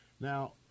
Now